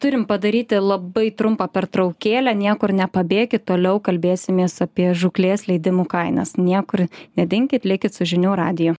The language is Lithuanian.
turim padaryti labai trumpą pertraukėlę niekur nepabėkit toliau kalbėsimės apie žūklės leidimų kainas niekur nedinkit likit su žinių radiju